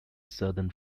southern